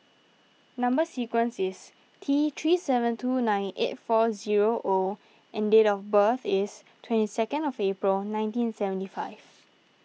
Number Sequence is T three seven two nine eight four zero O and date of birth is twenty second of April nineteen seventy five